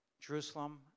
Jerusalem